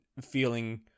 feeling